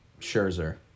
Scherzer